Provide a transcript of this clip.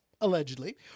allegedly